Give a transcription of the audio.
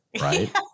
right